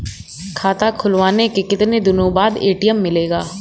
खाता खुलवाने के कितनी दिनो बाद ए.टी.एम मिलेगा?